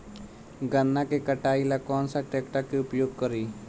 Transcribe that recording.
गन्ना के कटाई ला कौन सा ट्रैकटर के उपयोग करी?